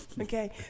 Okay